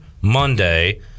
Monday